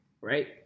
right